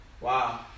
Wow